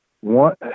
one